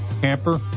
camper